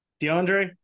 Deandre